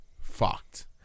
fucked